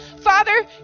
Father